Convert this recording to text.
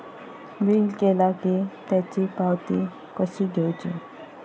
Bill केला की त्याची पावती कशी घेऊची?